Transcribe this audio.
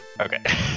Okay